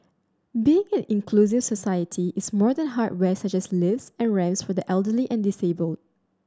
being an inclusive society is more than hardware such as lifts and ramps for the elderly and disabled